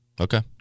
okay